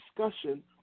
discussion